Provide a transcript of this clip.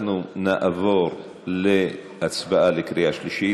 אנחנו נעבור להצבעה בקריאה שלישית.